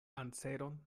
anseron